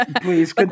please